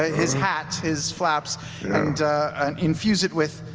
ah his hat, his flaps and and infuse it with,